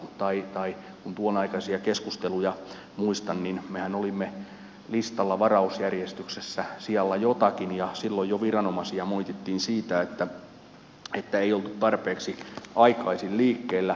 tai kun tuonaikaisia keskusteluja muistan niin mehän olimme listalla varausjärjestyksessä sijalla jotakin ja silloin jo viranomaisia moitittiin siitä että ei oltu tarpeeksi aikaisin liikkeellä